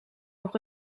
nog